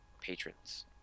patrons